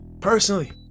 Personally